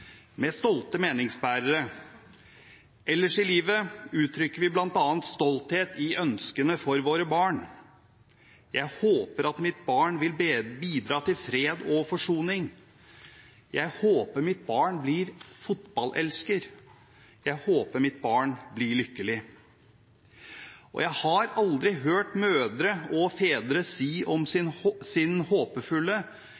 med stolte meningsbærere. Ellers i livet uttrykker vi stolthet bl.a. i ønskene for våre barn: Jeg håper at mitt barn vil bidra til fred og forsoning, jeg håper mitt barn blir fotballelsker, jeg håper mitt barn blir lykkelig. Jeg har aldri hørt mødre og fedre si om